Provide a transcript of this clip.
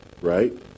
right